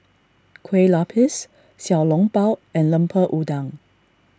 Kueh Lapis Xiao Long Bao and Lemper Udang